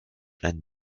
ein